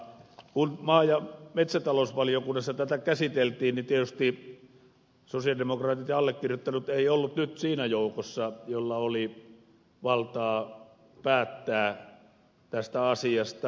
kun maa ja metsätalousvaliokunnassa tätä käsiteltiin tietysti sosialidemokraatit ja allekirjoittanut eivät olleet nyt siinä joukossa jolla oli valtaa päättää tästä asiasta